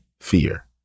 fear